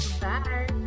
bye